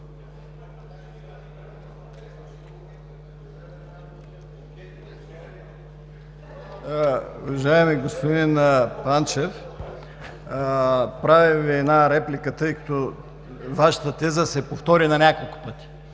Уважаеми господин Панчев, правя Ви една реплика, тъй като Вашата теза се повтори на няколко пъти.